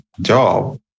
job